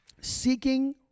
seeking